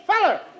feller